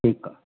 ठीकु आहे